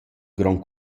grond